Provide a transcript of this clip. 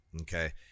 okay